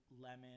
lemon